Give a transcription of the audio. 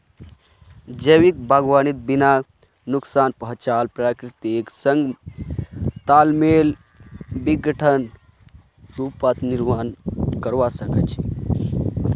जैविक बागवानीक बिना नुकसान पहुंचाल प्रकृतिर संग तालमेल बिठव्वार रूपत वर्णित करवा स ख छ